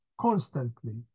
constantly